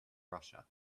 russia